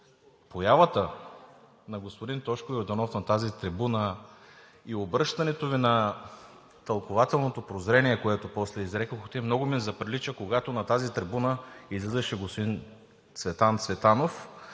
Появата на господин Тошко Йорданов на тази трибуна и обръщането Ви на тълкувателното прозрение, което после изрекохте, много ми заприлича, когато на тази трибуна излизаше господин Цветан Цветанов